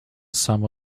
some